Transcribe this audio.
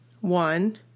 One